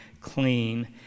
clean